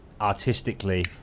artistically